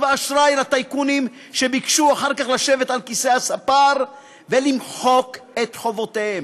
ואשראי לטייקונים שביקשו אחר כך לשבת על כיסא הספר ולמחוק את חובותיהם.